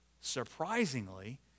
Surprisingly